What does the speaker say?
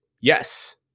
yes